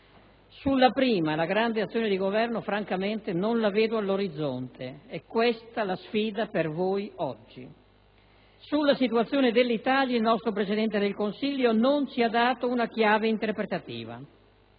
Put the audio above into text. riguarda la grande azione di Governo, francamente non la vedo all'orizzonte. È questa la sfida per voi oggi. Sulla situazione dell'Italia il nostro Presidente del Consiglio non ci ha dato una chiave interpretativa